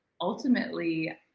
ultimately